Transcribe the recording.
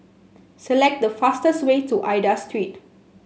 select the fastest way to Aida Street